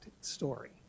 story